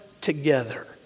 together